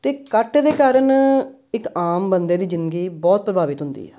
ਅਤੇ ਕੱਟ ਦੇ ਕਾਰਨ ਇੱਕ ਆਮ ਬੰਦੇ ਦੀ ਜ਼ਿੰਦਗੀ ਬਹੁਤ ਪ੍ਰਭਾਵਿਤ ਹੁੰਦੀ ਆ